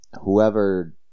Whoever